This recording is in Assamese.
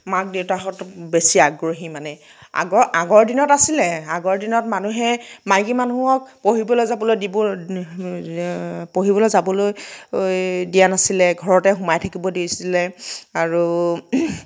মাক দেউতাকহঁত বেছি আগ্ৰহী মানে আগৰ আগৰ দিনত আছিলে আগৰ দিনত মানুহে মাইকী মানুহক পঢ়িবলৈ যাবলৈ দিবলৈ পঢ়িবলৈ যাবলৈ দিয়া নাছিলে ঘৰতে সোমাই থাকিব দিছিলে আৰু